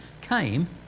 came